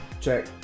Check